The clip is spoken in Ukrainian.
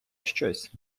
щось